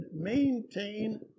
maintain